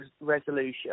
Resolution